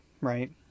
right